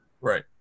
right